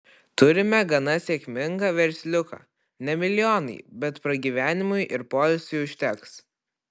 turime gana sėkmingą versliuką ne milijonai bet pragyvenimui ir poilsiui užteks